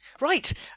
Right